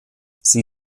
sie